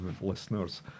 listeners